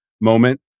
moment